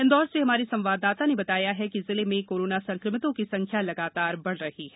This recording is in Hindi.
इंदौर से हमारे संवाददाता ने बताया है कि जिले में कोरोना संक्रमितों की संख्या लगातार बढ़ रही है